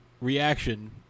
reaction